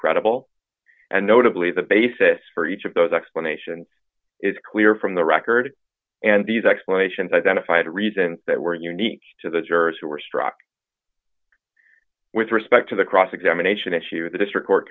credible and notably the basis for each of those explanations is clear from the record and these explanations identified a reason that were unique to the jurors who were struck with respect to the cross examination issue the district court